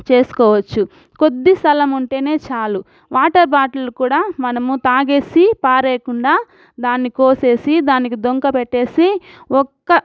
చేసుకోవచ్చు కొద్ది స్థలముంటేనే చాలు వాటర్ బాటిల్ కూడా మనము తాగేసి పారేయకుండా దాన్ని కోసి దానికి డొంక పెట్టేసి ఒక్క